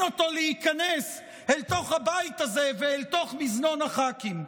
אותו להיכנס אל תוך הבית הזה ואל תוך מזנון הח"כים.